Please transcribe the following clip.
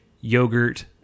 yogurt